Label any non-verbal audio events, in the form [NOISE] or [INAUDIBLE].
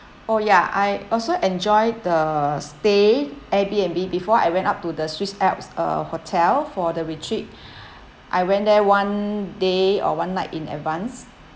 oh ya I also enjoyed the stay Airbnb before I went up to the swiss alps uh hotel for the retreat [BREATH] I went there one day or one night in advance